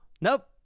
Nope